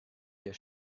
hier